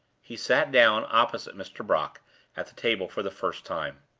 he sat down opposite mr. brook at the table for the first time.